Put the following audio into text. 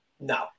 no